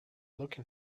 looking